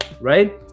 right